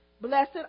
Blessed